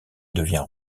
devient